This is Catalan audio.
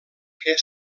que